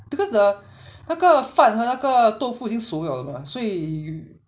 cause the 那个饭还有那个豆腐已经熟了的 mah 所以